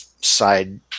side